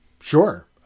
sure